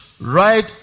right